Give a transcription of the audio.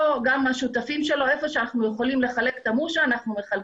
גם מהשותפים שלו בכל מקום שאנחנו יכולים לחלק אנחנו מחלקים,